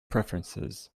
preferences